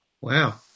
Wow